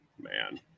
man